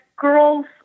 girls